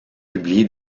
publié